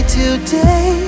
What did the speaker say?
today